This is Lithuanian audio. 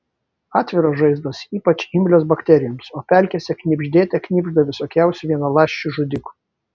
atviros žaizdos ypač imlios bakterijoms o pelkėse knibždėte knibžda visokiausių vienaląsčių žudikų